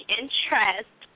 interest